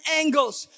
angles